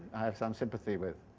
i have some sympathy with.